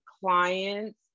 clients